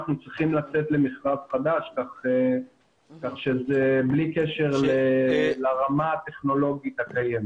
אנחנו צריכים לצאת למכרז חדש כך שזה בלי קשר לרמה הטכנולוגית הקיימת.